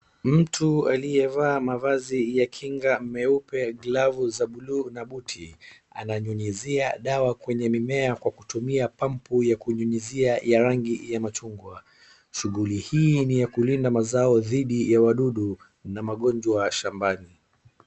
Mtu aliyevaa mavazi ya kinga meupe, glavu za bluu na buti ananyunyizia dawa kwenye mimea kwa kutumia pampu ya kunyunyizia ya rangi ya machungwa. Shughuli hii ni ya kulinda mazao dhidi ya wadudu na magonjwa shambani.